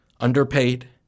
underpaid